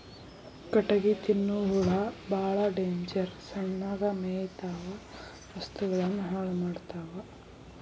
ಕಟಗಿ ತಿನ್ನು ಹುಳಾ ಬಾಳ ಡೇಂಜರ್ ಸಣ್ಣಗ ಮೇಯತಾವ ವಸ್ತುಗಳನ್ನ ಹಾಳ ಮಾಡತಾವ